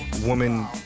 Woman